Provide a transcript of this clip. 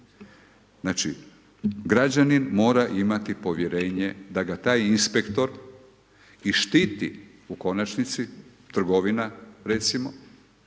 Znači građanin mora imati povjerenje da ga taj inspektor i štiti u konačnosti, trgovina recimo,